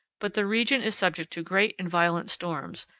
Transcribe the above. but the region is subject to great and violent storms,